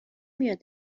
میاد